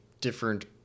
different